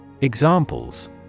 Examples